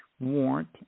warrant